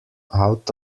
out